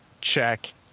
check